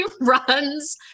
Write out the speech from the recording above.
runs